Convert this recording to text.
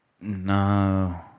No